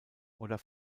oder